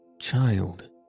Child